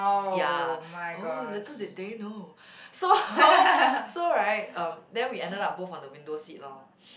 ya oh little did they know so so right um then we ended up both on the window seat lor